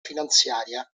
finanziaria